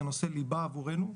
זה נושא ליבה עבורנו.